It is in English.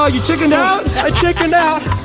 ah you chickened out? i chickened out.